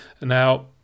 Now